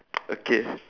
okay